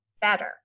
better